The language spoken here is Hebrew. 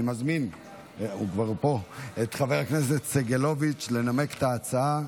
אני מזמין את חבר הכנסת סגלוביץ' לנמק את ההצעה.